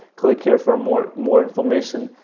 click here for more, more information.